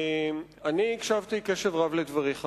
אני הקשבתי בקשב רב לדבריך,